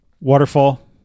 Waterfall